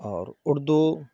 اور اردو